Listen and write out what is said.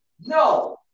No